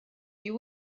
you